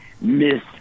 Miss